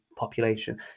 Population